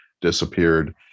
disappeared